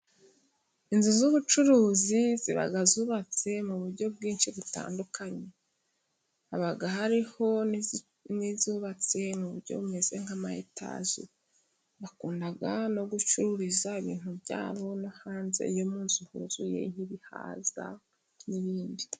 Inzu z'ubucuruzi ziba zubatse mu buryo bwinshi butandukanye, haba hariho izubatse mu uburyo bumeze nk'amayetaje, bakunda no gucururiza ibintu byabo no hanze, iyo mu nzu huzuye nk'ibihaza n'ibindi.